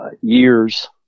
years